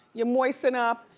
you moisten up.